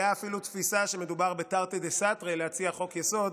הייתה אפילו תפיסה שמדובר בתרתי דסתרי להציע הצעת חוק-יסוד